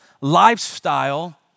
lifestyle